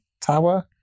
tower